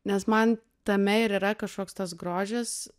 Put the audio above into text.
nes man tame ir yra kažkoks tas grožis